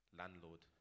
landlord